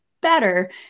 better